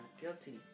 guilty